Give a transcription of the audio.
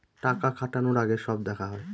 টাকা খাটানোর আগে সব দেখা হয়